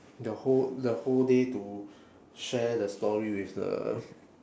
the whole the whole day to share the story with the